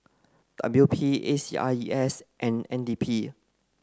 W P A C R E S and N D P